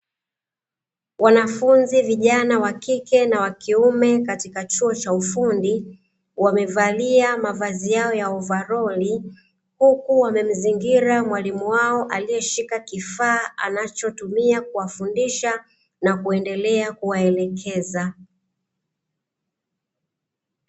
Wanafunzi vijana wa kike na wakiume katika chuo cha ufundi, wamevaliza mavazi yao ya ovaroli huku wamezingila mwalimu wao aliyeshika kifaa anachotumia kuwa fundisha na kuendelea kuwaelekeza.